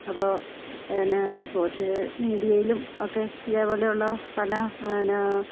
അപ്പോൾ എന്നാ സോഷ്യൽ മീഡിയയിലും ഒക്കെ ഇതേപോലെയുള്ള പല എന്നാ